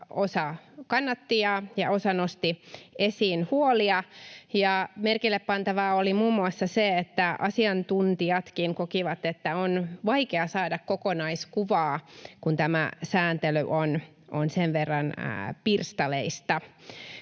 osa kannatti ja osa nosti esiin huolia. Merkillepantavaa oli muun muassa se, että asiantuntijatkin kokivat, että on vaikea saada kokonaiskuvaa, kun tämä sääntely on sen verran pirstaleista.